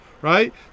right